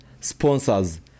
sponsors